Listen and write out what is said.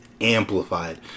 amplified